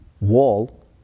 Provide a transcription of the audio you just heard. wall